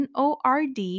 Nord